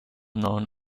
known